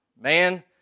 man